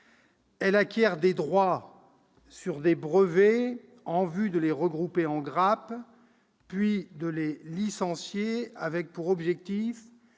Elle acquiert des droits sur des brevets en vue de les regrouper en grappes, puis de les licencier, avec pour objectifs